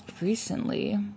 recently